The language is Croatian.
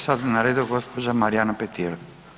Sad je na redu gđa. Marijana Petir.